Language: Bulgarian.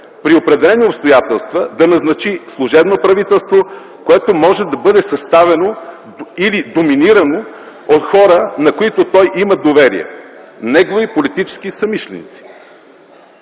при определени обстоятелства да назначи служебно правителство, което може да бъде съставено или доминирано от хора, на които той има доверие – негови политически съмишленици.